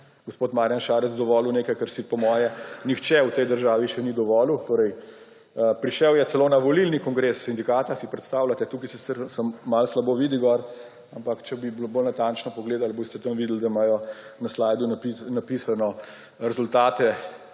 gospod Marjan Šarec, dovolil nekaj, kar si po moje nihče v tej državi še ni dovolil. Prišel je celo na volilni kongres sindikata. Si predstavljate? Tu se sicer malo slabše vidi, ampak če bi bolj natančno pogledali, bi videli, da imajo na slajdu napisane rezultate